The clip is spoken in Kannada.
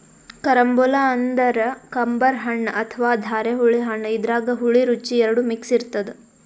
ಕರಂಬೊಲ ಅಂದ್ರ ಕಂಬರ್ ಹಣ್ಣ್ ಅಥವಾ ಧಾರೆಹುಳಿ ಹಣ್ಣ್ ಇದ್ರಾಗ್ ಹುಳಿ ರುಚಿ ಎರಡು ಮಿಕ್ಸ್ ಇರ್ತದ್